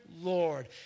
Lord